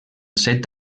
set